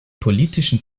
politischen